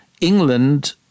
England